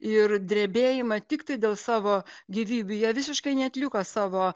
ir drebėjimą tiktai dėl savo gyvybių jie visiškai neatliko savo